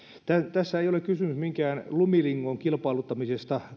tässä ei ole kysymys minkään lumilingon kilpailuttamisesta